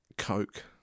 Coke